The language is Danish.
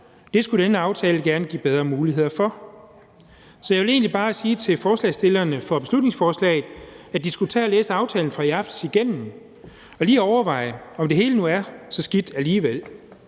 Det skulle denne aftale gerne give bedre muligheder for. Så jeg vil egentlig bare sige til forslagsstillerne til beslutningsforslaget, at de skulle tage og læse aftalen fra i aftes igennem og lige overveje, om det hele nu er så skidt alligevel.